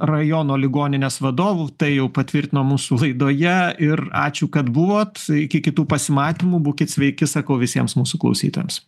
rajono ligoninės vadovų tai jau patvirtino mūsų laidoje ir ačiū kad buvot iki kitų pasimatymų būkit sveiki sakau visiems mūsų klausytojams